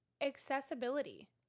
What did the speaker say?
Accessibility